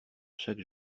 chaque